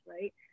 right